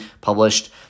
published